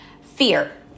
Fear